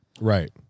right